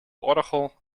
orgel